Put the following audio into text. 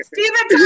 Stephen